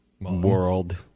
world